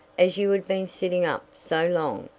as you had been sitting up so long.